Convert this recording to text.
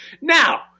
Now